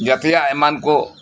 ᱧᱟᱛᱮᱭᱟ ᱮᱢᱟᱱ ᱠᱚ